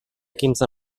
quinze